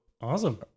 Awesome